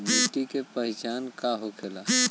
मिट्टी के पहचान का होखे ला?